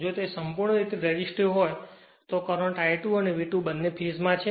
જો તે સંપૂર્ણ રીતે રેસિસ્ટિવ હોય તો કરંટ I2અને V2બંને ફેજ માં છે